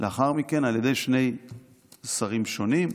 לאחר מכן, על ידי שני שרים שונים,